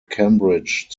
cambridge